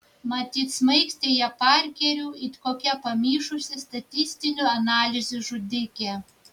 matyt smaigstė ją parkeriu it kokia pamišusi statistinių analizių žudikė